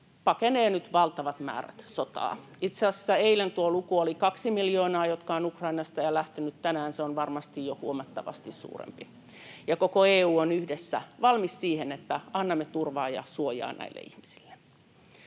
nyt valtavat määrät ihmisiä. Itse asiassa eilen tuo luku oli kaksi miljoonaa, jotka ovat Ukrainasta jo lähteneet — tänään se on varmasti jo huomattavasti suurempi — ja koko EU on yhdessä valmis siihen, että annamme turvaa ja suojaa näille ihmisille.